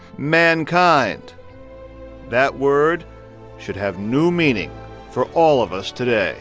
mankind that word should have new meaning for all of us today